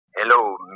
Hello